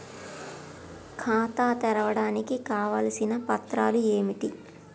ఖాతా తెరవడానికి కావలసిన పత్రాలు ఏమిటి?